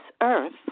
earth